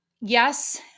yes